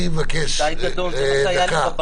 פה, בעניין הזה, אני מרגיש שאולי העסק קצת מתרופף.